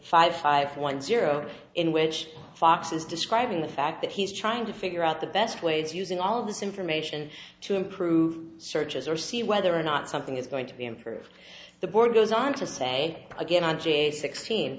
five five one zero in which fox is describing the fact that he's trying to figure out the best ways using all of this information to improve searches or see whether or not something is going to be improved the board goes on to say again on j sixteen